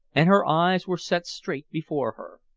and her eyes were set straight before her.